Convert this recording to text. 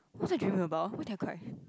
what's the dream about why did I cry